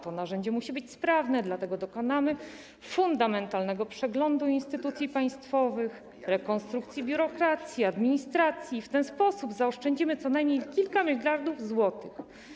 To narzędzie musi być sprawne, dlatego dokonamy fundamentalnego przeglądu instytucji państwowych, rekonstrukcji biurokracji, administracji i w ten sposób zaoszczędzimy co najmniej kilka miliardów złotych.